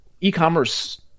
e-commerce